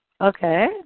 Okay